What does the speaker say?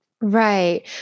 Right